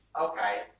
Okay